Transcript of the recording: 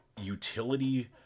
utility